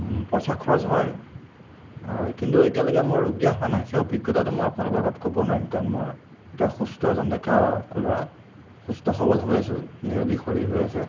পইচা খৰচ হয় কিন্তু এতিয়ালৈকে মই ৰোগীয়া হোৱা নাই সেই অভিজ্ঞতাটো মই আপোনালোকৰ আগত ক'ব নোৱাৰিম কাৰণ মই এতিয়া সুস্থ এজন ডেকা ল'ৰা সুস্থ সবল হৈ আছো নিৰোগী শৰীৰ হৈ আছে